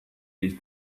these